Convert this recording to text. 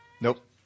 Nope